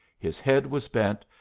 his head was bent,